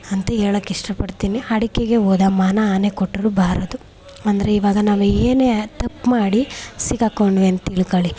ಅಂತ ಹೇಳಕ್ಕೆ ಇಷ್ಟ ಪಡ್ತೀನಿ ಅಡಿಕೆಗೆ ಹೋದ ಮಾನ ಆನೆ ಕೊಟ್ಟರು ಬಾರದು ಅಂದರೆ ಈವಾಗ ನಾವು ಏನೇ ತಪ್ಪು ಮಾಡಿ ಸಿಕ್ಕಾಕೊಂಡ್ವಿ ಅಂತ ತಿಳ್ಕೊಳಿ